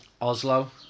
Oslo